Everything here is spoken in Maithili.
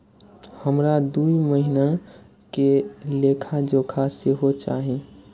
हमरा दूय महीना के लेखा जोखा सेहो चाही